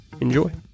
Enjoy